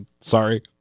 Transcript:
sorry